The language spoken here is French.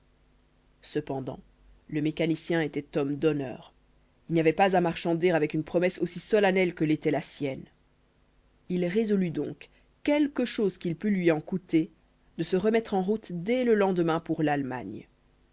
cependant le mécanicien était homme d'honneur il n'y avait pas à marchander avec une promesse aussi solennelle que l'était la sienne il résolut donc quelque chose qu'il pût lui en coûter de se remettre en route dès le lendemain pour l'allemagne